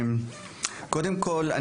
קודם כל,